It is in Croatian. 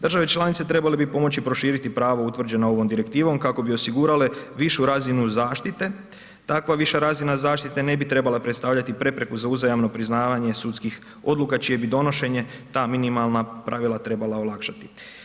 Države članice trebale bi pomoći proširiti pravo utvrđeno ovom direktivom kako bi osigurale višu razine zaštite, takva viša razina zaštite ne bi trebala predstavljati prepreku za uzajamno priznavanje sudskih odluka čije bi donošenje ta minimalna pravila trebala olakšati.